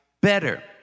better